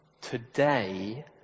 today